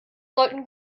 sollten